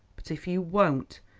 but if you won't,